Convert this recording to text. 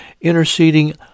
interceding